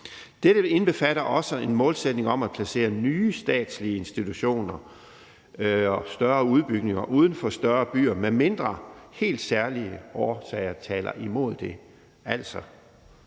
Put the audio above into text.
Dette indbefatter også en målsætning om at placere nye statslige institutioner og større udbygninger uden for større byer, medmindre helt særlige årsager taler imod det,